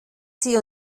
sie